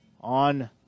on